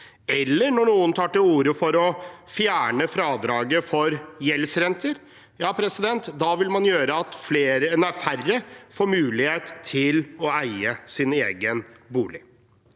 leier. Noen tar til orde for å fjerne fradraget for gjeldsrenter. Det vil gjøre at færre får mulighet til å eie sin egen bolig.